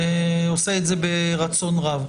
ועושה את זה ברצון רב.